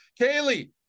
Kaylee